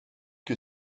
que